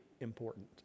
important